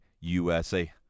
USA